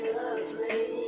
lovely